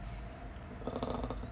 uh